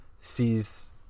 sees